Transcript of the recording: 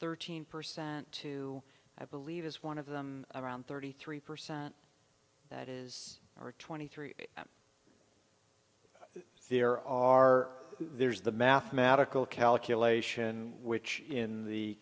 thirteen percent to i believe is one of them around thirty three percent that is or twenty three m there are there's the mathematical calculation which in the